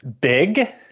Big